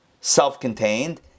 self-contained